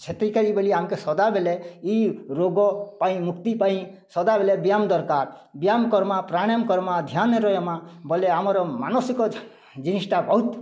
ସେଥିକା'ଯେ ବୋଲି ଆମ୍କେ ସଦାବେଲେ ଇ ରୋଗ୍ ପାଇଁ ମୁକ୍ତି ପାଇଁ ସଦାବେଲେ ବ୍ୟାୟାମ୍ ଦରକାର୍ ବ୍ୟାୟାମ୍ କର୍ମା ପ୍ରାଣାୟମ୍ କର୍ମା ଧ୍ୟାନ୍ରେ ରହେମା ବେଲେ ଆମର୍ ମାନସିକ ଜିନିଷ୍ଟା ବହୁତ୍